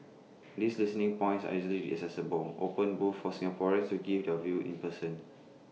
these listening points are easily accessible open both for Singaporeans to give their views in person